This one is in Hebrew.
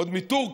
ועוד מטורקיה.